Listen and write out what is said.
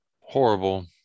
Horrible